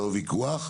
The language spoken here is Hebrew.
לא ויכוח.